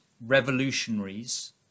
revolutionaries